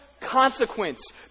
consequence